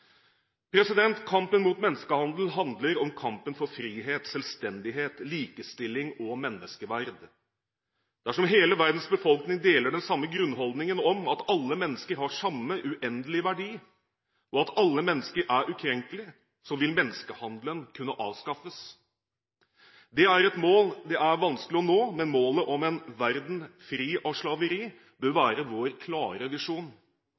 Kampen mot menneskehandel handler om kampen for frihet, selvstendighet, likestilling og menneskeverd. Dersom hele verdens befolkning deler den samme grunnholdningen om at alle mennesker har samme uendelige verdi, og at alle mennesker er ukrenkelige, vil menneskehandelen kunne avskaffes. Det er et mål det er vanskelig å nå, men målet om en verden fri for slaveri bør